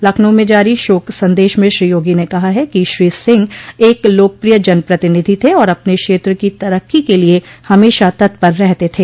लखनऊ में जारी शोक संदेश में श्री योगी ने कहा है कि श्री सिंह एक लोकप्रिय जनप्रतिनिधि थे और अपने क्षेत्र की तरक्की के लिये हमेशा तत्पर रहते थे